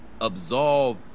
absolve